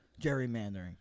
Gerrymandering